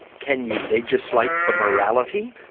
can you legislate for morality?